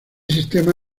sistema